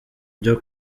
byo